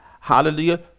hallelujah